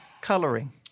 colouring